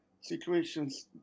situations